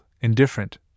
indifferent